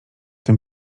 tym